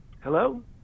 hello